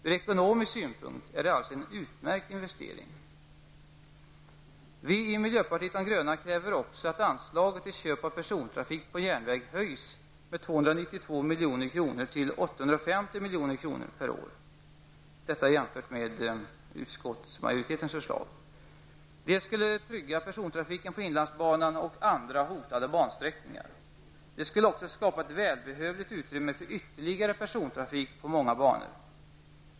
Ur ekonomisk synpunkt är det alltså en utmärkt investering. Vi i miljöpartiet de gröna kräver också att anslaget till köp av persontrafik på järnväg höjs med 292 milj.kr. i jämförelse med utskottsmajoritetens förslag, till 850 milj.kr. per år. Detta skulle trygga persontrafiken på inlandsbanan och andra hotade bansträckningar. Det skulle också skapa ett välbehövligt utrymme för ytterligare persontrafik på många banor.